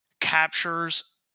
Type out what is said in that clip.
Captures